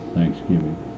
Thanksgiving